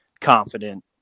confident